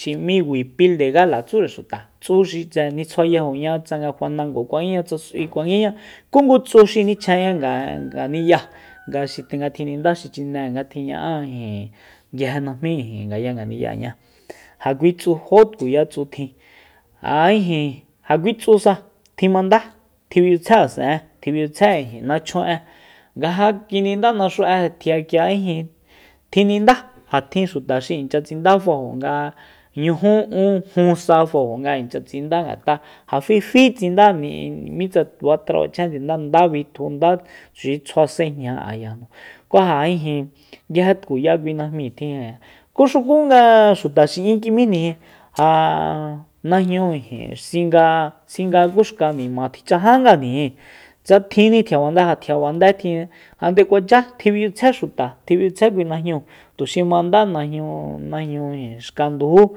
xi m'í huipil de gala tsúre xuta tsú xi tse'e nitsjuayajoña tsanga fanango kuanguiña tsa s'ui kuanguiña ku tsu xi nichjenña ngani'ya nga xi tjininda xi chine nga tjiña'a nguije najmí ngaya ngani'yaña ja kui tsu jó tkuya tjin ja ijin ja kui tsusa kjimandá tjimichyitsjae asen'e asen'e tjiminchyitsjae nachjun'e nga ja kinidá naxu'e kjia- kjia ijin tjinindá ja tjin xuta xi inchya tsinda fajo nga ñuju ún jun sa fajo nga inchya tsinda ngat'a ja fifi tsinda mi- mitsa fatra fachjen tsinda nda bitju nda tuxi tsjua s'ejña ayajnu ku ja ijin nguije tkuya kui najmíi tjinjni ku xukunga xuta xi'in kim'íjni ja najñu ijin singa- singa ku xkanima tjichajangajnijin tsa tjinjni tjiaba nde ja tjiaba nde tjin ja nde kuacha tjiminchyitsjae xuta tjiminchyitsjae kui najnúu tuxi mandá najñu- najñu xka ndujú